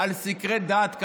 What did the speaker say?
על סקרי דעת קהל,